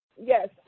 Yes